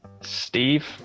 Steve